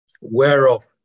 Whereof